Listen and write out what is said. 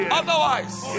otherwise